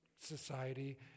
society